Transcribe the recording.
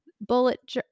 bullet